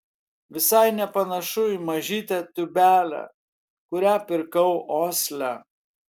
visai nepanašu į mažytę tūbelę kurią pirkau osle